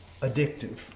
addictive